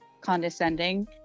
condescending